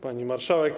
Pani Marszałek!